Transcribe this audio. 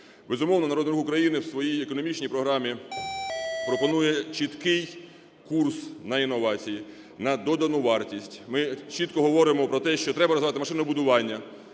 Безумовно, "Народний рух України" в своїй економічній програмі пропонує чіткий курс на інновації, на додану вартість. Ми чітко говоримо про те, що треба розвивати машинобудування,